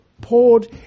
poured